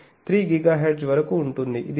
3 నుండి 3 GHz వరకు ఉంటుంది